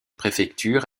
préfecture